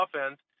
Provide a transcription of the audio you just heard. offense